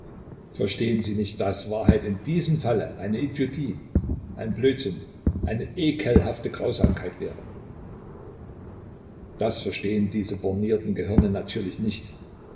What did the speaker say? verstehen sie nicht daß wahrheit in diesem falle eine idiotie ein blödsinn eine ekelhafte grausamkeit wäre das verstehen diese bornierten gehirne natürlich nicht